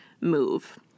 move